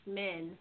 men